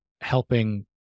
helping